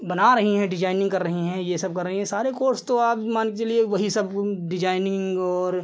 बना रही हैं डिज़ाइनिन्ग कर रही हैं यह सब कर रही हैं यह सारे कोर्स तो आप मानकर चलिए वही सब डिज़ाइनिन्ग और